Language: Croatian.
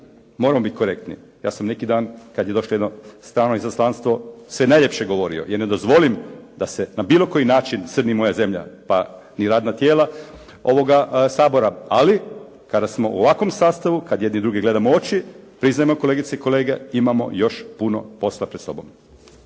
moramo biti korektni. Ja sam neki dan, kad je došlo jedno stalno izaslanstva sve najljepše govorio, jer ne dozvolim da se na bilo koji način crni moja zemlja, pa ni radna tijela ovoga Sabora, ali kada smo u ovakvom sastavu, kad jedni druge gledamo u oči priznajemo kolegice i kolege imamo još puno posla pred sobom.